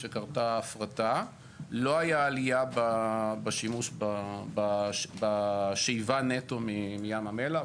כשקרתה ההפרטה לא היה עלייה בשאיבה נטו מים המלח,